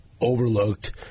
overlooked